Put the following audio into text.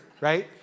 right